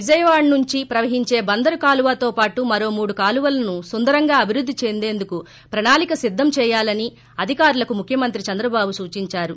విజయవాడ నుంచి ప్రవహించే బందరు కాలువతోపాటు మరో మూడు కాలువలను సుందరంగా అభివృద్ది చేసేందుకు ప్రణాళిక సిద్గం చేయాలని అధికారులకు ముఖ్యమంత్రి చంద్రబాబు సూచించారు